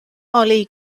ollie